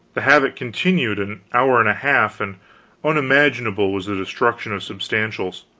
the havoc continued an hour and a half, and unimaginable was the destruction of substantials.